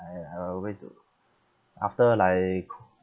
I I will wait to after like